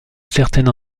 certaine